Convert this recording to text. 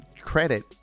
credit